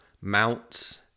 mounts